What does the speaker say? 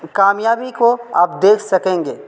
کامیابی کو آپ دیکھ سکیں گے